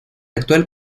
actual